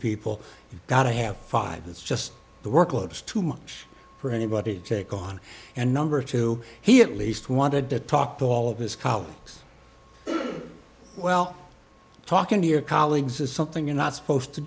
people got to have five it's just the workload is too much for anybody to take on and number two he at least wanted to talk to all of his colleagues well talking to your colleagues is something you're not supposed to